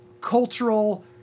cultural